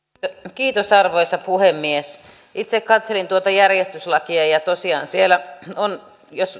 arvoisa puhemies itse katselin tuota järjestyslakia ja tosiaan on